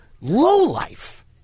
lowlife